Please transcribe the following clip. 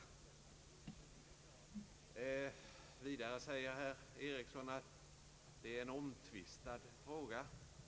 Vidare säger herr Ericsson att detta är en omtvistad fråga.